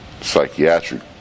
psychiatric